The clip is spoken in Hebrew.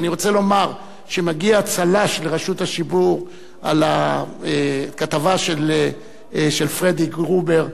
אני רוצה לומר שמגיע צל"ש לרשות השידור על הכתבה של פרדי גרובר,